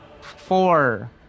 four